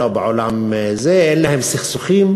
אין להם סכסוכים.